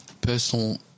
personal